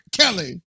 Kelly